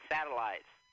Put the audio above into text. Satellites